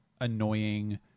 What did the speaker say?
annoying